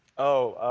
oh,